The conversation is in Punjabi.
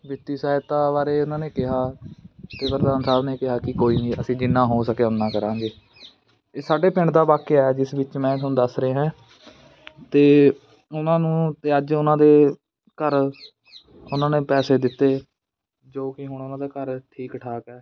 ਵਿੱਤੀ ਸਹਾਇਤਾ ਬਾਰੇ ਉਹਨਾਂ ਨੇ ਕਿਹਾ ਅਤੇ ਪ੍ਰਧਾਨ ਸਾਹਿਬ ਨੇ ਕਿਹਾ ਕੀ ਕੋਈ ਨਹੀਂ ਅਸੀਂ ਜਿੰਨਾ ਹੋ ਸਕਿਆ ਉਨਾ ਕਰਾਂਗੇ ਇਹ ਸਾਡੇ ਪਿੰਡ ਦਾ ਵਾਕਿਆ ਜਿਸ ਵਿੱਚ ਮੈਂ ਤੁਹਾਨੂੰ ਦੱਸ ਰਿਹਾ ਅਤੇ ਉਹਨਾਂ ਨੂੰ ਅਤੇ ਅੱਜ ਉਹਨਾਂ ਦੇ ਘਰ ਉਹਨਾਂ ਨੇ ਪੈਸੇ ਦਿੱਤੇ ਜੋ ਕਿ ਹੁਣ ਉਹਨਾਂ ਦੇ ਘਰ ਠੀਕ ਠਾਕ ਹੈ